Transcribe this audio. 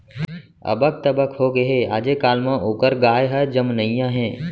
अबक तबक होगे हे, आजे काल म ओकर गाय ह जमनइया हे